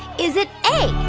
is it a,